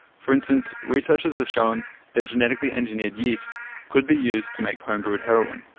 for instance, researchers have shown that genetically engineered yeast could be used to make home-brewed heroin.